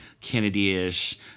Kennedy-ish